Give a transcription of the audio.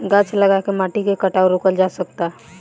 गाछ लगा के माटी के कटाव रोकल जा सकता